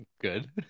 Good